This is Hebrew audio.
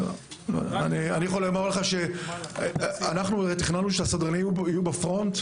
תכננו שהסדרנים יהיו בפרונט,